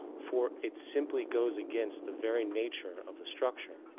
for it simply goes against the very nature of the structure.